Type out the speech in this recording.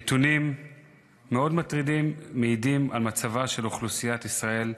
נתונים מאוד מטרידים מעידים על מצבה של אוכלוסיית ישראל: